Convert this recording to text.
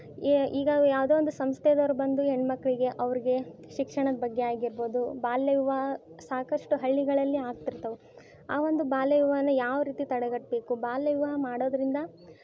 ಈಗ ಯಾವುದೇ ಒಂದು ಸಂಸ್ಥೆಯವರ್ ಬಂದು ಹೆಣ್ಮಕ್ಳಿಗೆ ಅವ್ರಿಗೆ ಶಿಕ್ಷಣದ ಬಗ್ಗೆ ಆಗಿರ್ಬೌದು ಬಾಲ್ಯ ವಿವಾಹ ಸಾಕಷ್ಟು ಹಳ್ಳಿಗಳಲ್ಲಿ ಆಗ್ತಿರ್ತಾವು ಆ ಒಂದು ಬಾಲ್ಯ ವಿವಾಹನ ಯಾವರೀತಿ ತಡೆಗಟ್ಟಬೇಕು ಬಾಲ್ಯ ವಿವಾಹ ಮಾಡೋದರಿಂದ